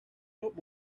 what